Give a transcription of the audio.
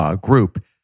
group